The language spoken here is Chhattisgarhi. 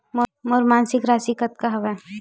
मोर मासिक राशि कतका हवय?